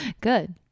good